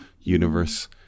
universe